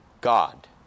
God